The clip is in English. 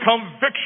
conviction